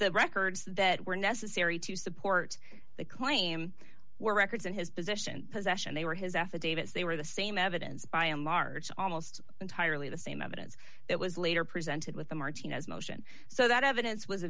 the records that were necessary to support the claim were records and his position possession they were his affidavits they were the same evidence by a march almost entirely the same evidence that was later presented with the martinez motion so that evidence was